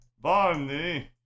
Barney